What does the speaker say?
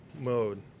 mode